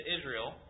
Israel